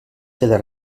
queda